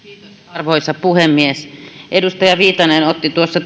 arvoisa puhemies edustaja viitanen otti tuossa